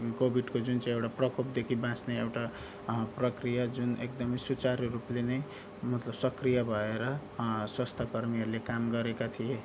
कोविडको जुन चाहिँ एउटा प्रकोपदेखि बाँच्ने एउटा प्रक्रिया जुन एकदमै सुचारु रूपले नै मतलब सक्रिय भएर स्वास्थ्यकर्मीहरूले काम गरेका थिए